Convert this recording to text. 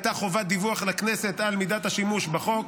הייתה חובת דיווח לכנסת על מידת השימוש בחוק.